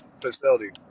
Facility